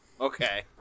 okay